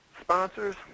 sponsors